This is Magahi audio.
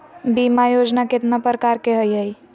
बीमा योजना केतना प्रकार के हई हई?